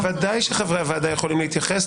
ודאי שחברי הוועדה יכולים להתייחס.